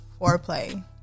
Foreplay